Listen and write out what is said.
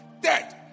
dead